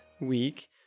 week